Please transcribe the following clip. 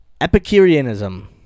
Epicureanism